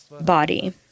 body